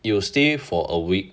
you will stay for a week